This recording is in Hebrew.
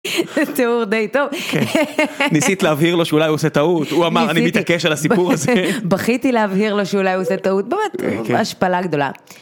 זה ציור די טוב, ניסית להבהיר לו שאולי הוא עושה טעות, הוא אמר אני מתעקש על הסיפור הזה, בכיתי להבהיר לו שאולי הוא עושה טעות באמת, השפלה גדולה.